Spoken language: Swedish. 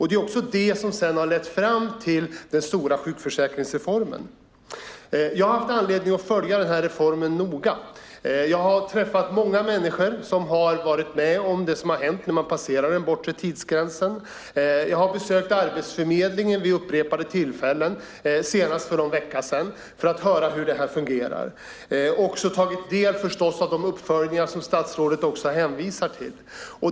Denna slutsats ledde sedan fram till den stora sjukförsäkringsreformen. Jag har haft anledning att följa denna reform noga. Jag har träffat många människor som har passerat den bortre tidsgränsen. Jag har besökt Arbetsförmedlingen vid upprepade tillfällen, senast för någon vecka sedan, för att höra hur det fungerar. Jag har också tagit del av de uppföljningar som statsrådet hänvisar till.